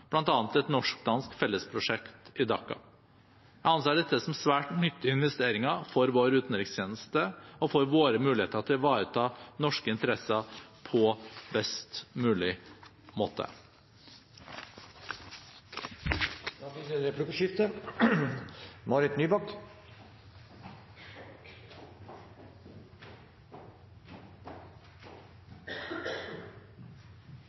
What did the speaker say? bl.a. et norsk-dansk fellesprosjekt i Dhaka. Jeg anser dette som svært nyttige investeringer for vår utenrikstjeneste og for våre muligheter til å ivareta norske interesser på best mulig måte. Det blir replikkordskifte.